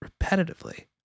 repetitively